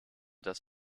das